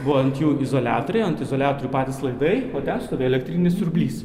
buvo ant jų izoliatoriai ant izoliatorių patys laidai o ten stovėjo elektrinis siurblys